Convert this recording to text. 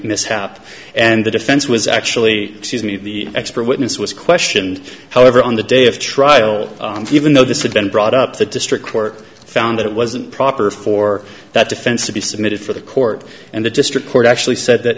mishap and the defense was actually sees me the expert witness was questioned however on the day of trial and even though this had been brought up the district court found that it wasn't proper for that defense to be submitted for the court and the district court actually said that